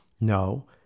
no